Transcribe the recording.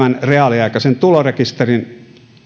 reaaliaikaisen tulorekisterin